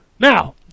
Now